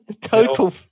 Total